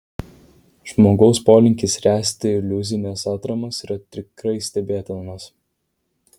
žmogaus polinkis ręsti iliuzines atramas yra tikrai stebėtinas